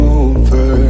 over